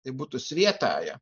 tai būtų svietaja